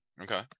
okay